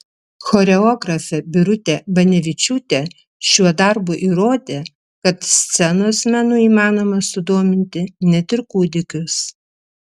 choreografė birutė banevičiūtė šiuo darbu įrodė kad scenos menu įmanoma sudominti net ir kūdikius